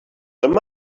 him